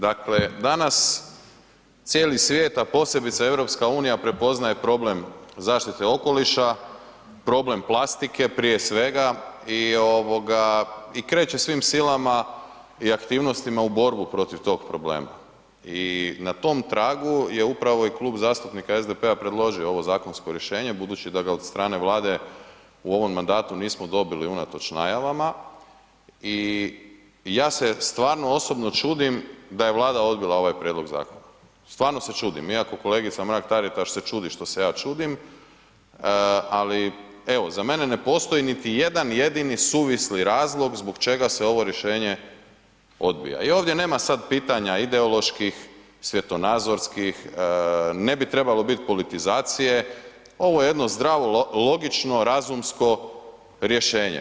Dakle danas cijeli svijet a posebice EU prepoznaje problem zaštite okoliša, problem plastike prije svega i kreće svim silama i aktivnostima u borbu protiv tog problema i na tom tragu je upravo i Klub zastupnika SDP-a predložio ovo zakonsko rješenje budući da ga od strane Vlade u ovom mandatu nismo dobili unatoč najavama i ja se stvarno osobno čudim da je Vlada odbila ovaj prijedlog zakona, stvarno se čudim iako kolegica Mrak-Taritaš se čudi što se ja čudim, ali evo za mene ne postoji niti jedan jedini suvisli razlog zbog čega se ovo rješenje odbija i ovdje nema sad pitanja ideoloških, svjetonazorskih, ne bi trebalo biti politizacije, ovo je jedno zdravo, logično, razumsko rješenje.